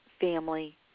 family